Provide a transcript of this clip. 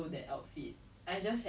ya ya ya